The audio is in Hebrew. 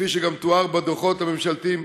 כפי שמתואר בדוחות הממשלתיים,